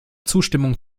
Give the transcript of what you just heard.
zustimmung